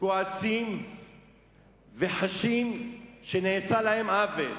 כועסים וחשים שנעשה להם עוול,